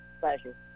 pleasure